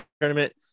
tournament